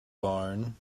barn